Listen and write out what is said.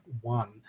one